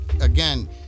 again